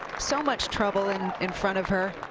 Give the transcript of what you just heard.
so much trouble in in front of her.